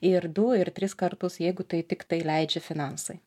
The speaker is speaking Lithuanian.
ir du ir tris kartus jeigu tai tik tai leidžia finansai